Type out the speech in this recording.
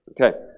Okay